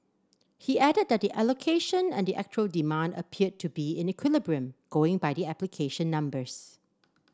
he added that the allocation and the actual demand appeared to be in equilibrium going by the application numbers